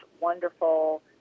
wonderful